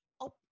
up